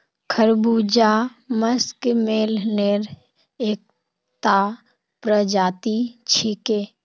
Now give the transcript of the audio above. खरबूजा मस्कमेलनेर एकता प्रजाति छिके